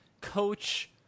Coach